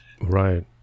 Right